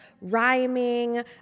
rhyming